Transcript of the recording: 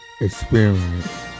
Experience